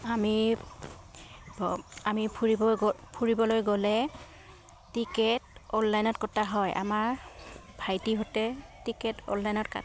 আমি আমি ফুৰিব গ ফুৰিবলৈ গ'লে টিকেট অনলাইনত কটা হয় আমাৰ ভাইটিহঁতে টিকেট অনলাইনত কাট